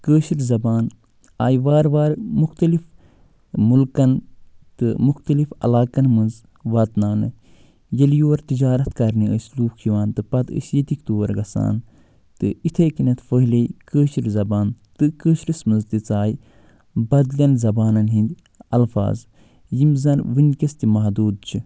کٲشِر زَبان آیہِ وارٕ وارٕ مُختٔلِف مُلکَن تہٕ مُختٔلِف علاقن منٛز واتناونہٕ ییٚلہِ یور تِجارت کرنہِ ٲسۍ لوٗکھ یِوان تہٕ پَتہٕ ٲسۍ ییٚتِکۍ تور گژھان تہٕ یِتھٕے کٔنٮ۪تھ پھہلے کٲشِر زَبان تہٕ کٲشرِس منٛز تہِ ژَیہِ بدلٮ۪ن زَبانن ۂندۍ اَلفظ یِم زَن ؤنکیٚس تہِ محدوٗد چھِ